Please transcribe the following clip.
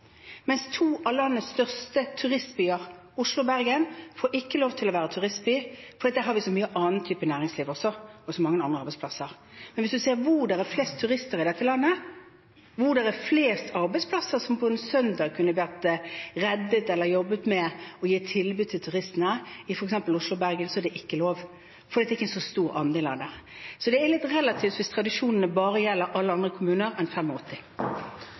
mens to av landets største turistbyer, Oslo og Bergen, får ikke lov til å være turistbyer, for der har vi så mye annet næringsliv og så mange andre arbeidsplasser. Men hvis man ser på hvor det er flest turister i dette landet, hvor det er flest arbeidsplasser som på en søndag kunne vært reddet, eller der man kunne jobbet og gitt tilbud til turistene, i f.eks. Oslo og Bergen, så er det ikke lov, fordi det ikke er en så stor andel av det. Så det er litt relativt hvis tradisjonene bare gjelder alle andre kommuner enn